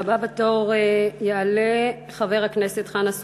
הבא בתור, יעלה חבר הכנסת חנא סוייד.